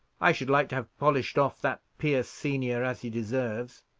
i should like to have polished off that pierce senior as he deserves.